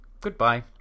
goodbye